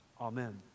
Amen